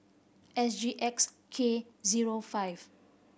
S G X K zero five